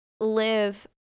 live